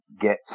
get